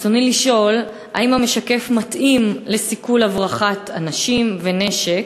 רצוני לשאול: 1. האם המשקף מתאים לסיכול הברחת אנשים ונשק?